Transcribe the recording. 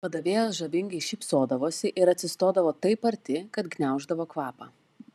padavėjos žavingai šypsodavosi ir atsistodavo taip arti kad gniauždavo kvapą